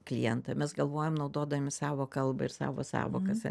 klientą mes galvojam naudodami savo kalbą ir savo sąvokas